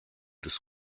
des